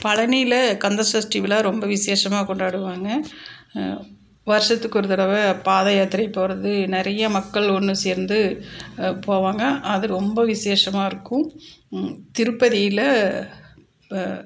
பழனியில் கந்தசஷ்டி விழா ரொம்ப விசேஷமாக கொண்டாடுவாங்க வருஷத்துக்கு ஒரு தடவை பாதயாத்திரை போகிறது நிறையா மக்கள் ஒன்று சேர்ந்து போவாங்க அது ரொம்ப விசேஷமாக இருக்கும் திருப்பதியில் இப்போ